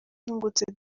nungutse